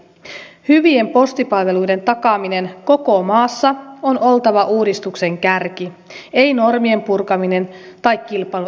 hyvien postipalveluiden takaamisen koko maassa on oltava uudistuksen kärki ei normien purkaminen tai kilpailun edistäminen